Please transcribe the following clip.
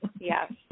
Yes